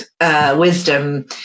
wisdom